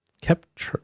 kept